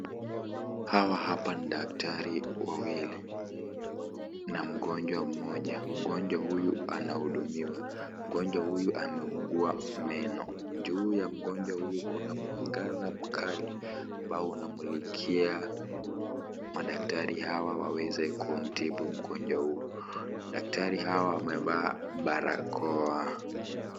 Hawa hapa ni daktari wa wawili na mgonjwa mmoja. Mgonjwa huyu anahudumiwa. Mgonjwa huyu ameugua meno. Juu ya mgonjwa huyu kuna mwangaza mkali ambao unamulikia madaktari hawa waweze kumtibu mgonjwa huu. Daktari hawa wamevaa barakoa.